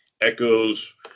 echoes